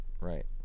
right